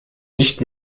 nicht